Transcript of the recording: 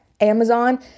Amazon